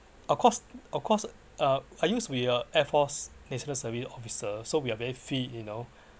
of course of course uh I used to be a air force national service officer so we are very fit you know